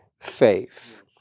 faith